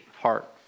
heart